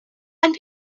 and